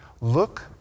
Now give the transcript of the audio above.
Look